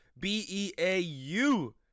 B-E-A-U